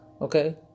okay